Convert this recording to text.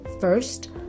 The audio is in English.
first